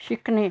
शिकणे